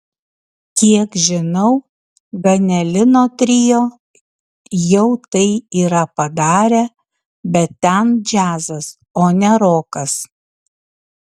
kiek žinau ganelino trio jau tai yra padarę bet ten džiazas o ne rokas